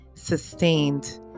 sustained